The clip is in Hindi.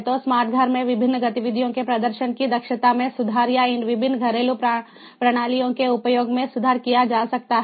तो स्मार्ट घर में विभिन्न गतिविधियों के प्रदर्शन की दक्षता में सुधार या इन विभिन्न घरेलू प्रणालियों के उपयोग में सुधार किया जा सकता है